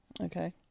Okay